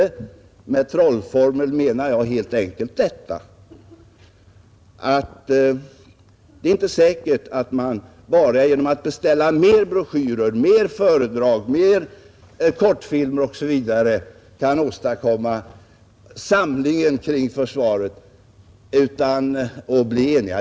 När jag talar om en trollformel avser jag helt enkelt detta, att det inte är sant att man bara genom att beställa mer broschyrer, mer föredrag, mer kortfilmer etc. kan åstadkomma samlingen kring försvaret och uppnå enighet.